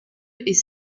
est